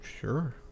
Sure